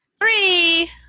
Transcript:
Three